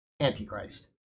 antichrist